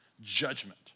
Judgment